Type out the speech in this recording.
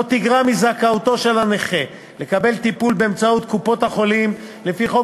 תגרע מזכאותו של הנכה לקבל טיפול באמצעות קופת-החולים לפי חוק